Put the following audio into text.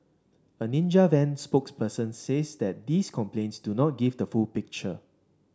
a Ninja Van spokesperson says that these complaints do not give the full picture